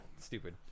stupid